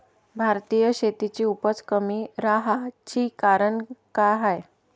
भारतीय शेतीची उपज कमी राहाची कारन का हाय?